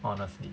honestly